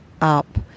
up